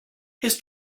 his